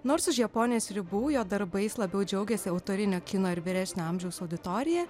nors už japonijos ribų jo darbais labiau džiaugiasi autorinio kino ir vyresnio amžiaus auditorija